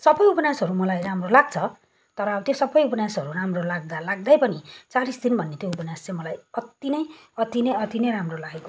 सबै उपन्यासहरू मलाई राम्रो लाग्छ तर त्यो अब सबै उपन्यासहरू राम्रो लाग्दा लाग्दै पनि चालिस दिन भन्ने त्यो उपन्यास चाहिँ मलाई अति नै अति नै अति नै राम्रो लागेको उपन्यास हो